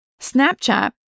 Snapchat